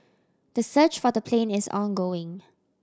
the search for the plane is ongoing